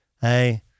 Hey